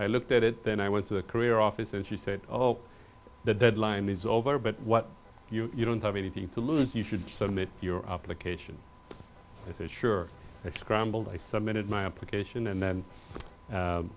i looked at it then i went to the career office and she said oh the deadline is over but you don't have anything to lose you should submit your application i said sure i scrambled i submitted my implication and then